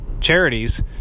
charities